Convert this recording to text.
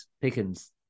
Pickens